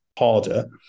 harder